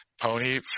Pony